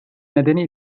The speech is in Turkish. nedeni